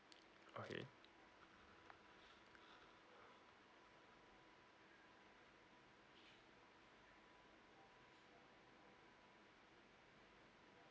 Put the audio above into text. okay